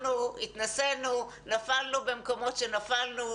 אנחנו התנסינו, נפלנו במקומות שנפלנו.